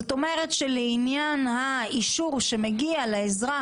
זאת אומרת שלעניין האישור שמגיע לאזרח